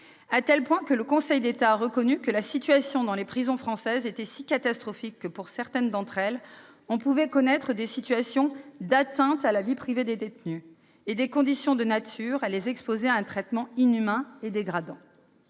À tel point que le Conseil d'État a reconnu que la situation dans les prisons françaises était si catastrophique que, pour certaines d'entre elles, on pouvait connaître des situations d'« atteinte à la vie privée des détenus » et des conditions « de nature à les exposer à un traitement inhumain ou dégradant